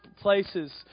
places